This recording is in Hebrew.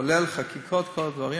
כולל חקיקה וכל הדברים.